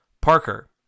Parker